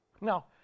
Now